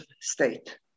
state